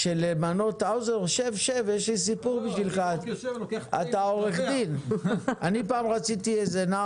סיפור בשבילך: אני פעם רציתי איזה נער